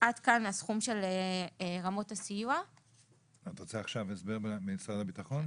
עד כאן הסכום של רמות הסיוע את רוצה עכשיו הסבר ממשרד הביטחון.